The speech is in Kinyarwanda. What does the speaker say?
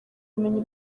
ubumenyi